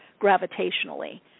gravitationally